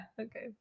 okay